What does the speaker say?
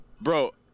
bro